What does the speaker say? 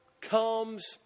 comes